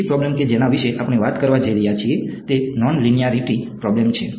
બીજી પ્રોબ્લેમ કે જેના વિશે આપણે વાત કરવા જઈ રહ્યા છીએ તે નોન લીન્યારીટી પ્રોબ્લેમ છે